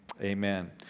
amen